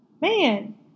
Man